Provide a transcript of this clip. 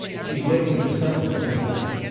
she's waiting for some one anyway.